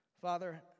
Father